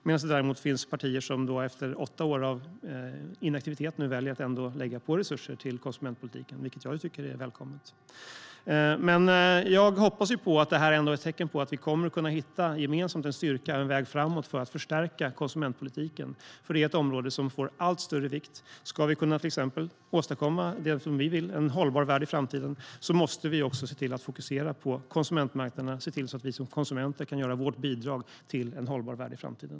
Det finns däremot också partier som efter åtta år av inaktivitet nu ändå väljer att lägga på resurser till konsumentpolitiken, vilket jag tycker är välkommet. Jag hoppas att det här är tecken på att vi gemensamt kommer att hitta en väg framåt för att förstärka konsumentpolitiken, för den är ett område som får allt större vikt. Ska vi till exempel kunna åstadkomma det som vi vill, en hållbar värld i framtiden, måste vi fokusera på konsumentmarknaderna och se till att vi som konsumenter kan ge vårt bidrag till en hållbar värld i framtiden.